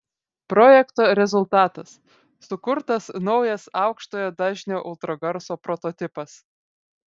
projekto rezultatas sukurtas naujas aukštojo dažnio ultragarso prototipas